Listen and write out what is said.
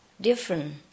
different